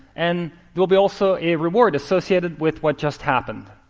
and there will be also a reward associated with what just happened.